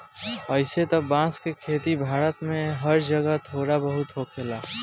अइसे त बांस के खेती भारत में हर जगह थोड़ा बहुत होखेला